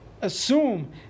Assume